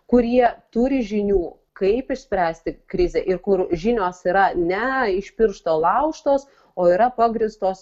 kurie turi žinių kaip išspręsti krizę ir kur žinios yra ne iš piršto laužtos o yra pagrįstos